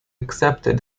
accepted